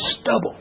stubble